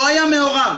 לא היה מעורב,